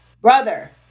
brother